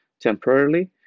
temporarily